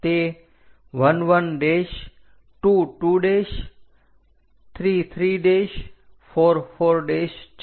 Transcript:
તે 1 12 23 34 4 છે